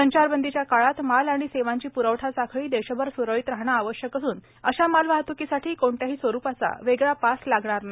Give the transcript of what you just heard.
लॉकडाऊनच्या काळात माल आणि सेवांची प्रवठा साखळी देशभर स्रळीत राहणे आवश्यक असून अशा मालवाहत्कीसाठी कोणत्याही स्वरुपाचा वेगळा पास लागणार नाही